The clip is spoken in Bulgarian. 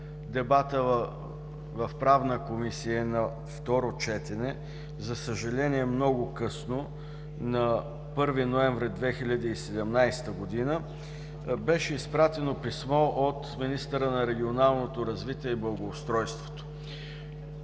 дебата в Правна комисия на второ четене, за съжаление много късно – на 1 ноември 2017 г., беше получено писмо от министъра на регионалното развитие и благоустройството.